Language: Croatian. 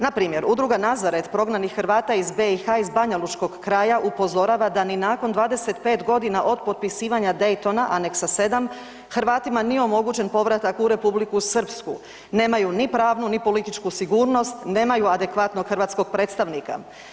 Npr. udruga „Nazaret“ prognanih Hrvata iz BiH iz banjalučkog kraja upozorava da ni nakon 25.g. od potpisivanja Daytona, aneksa 7, Hrvatima nije omogućen povratak u Republiku Srpsku, nemaju ni pravnu ni političku sigurnost, nemaju adekvatnog hrvatskog predstavnika.